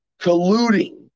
colluding